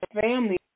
family